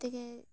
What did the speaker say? ᱛᱮᱜᱮ